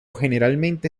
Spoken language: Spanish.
generalmente